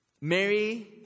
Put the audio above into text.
Mary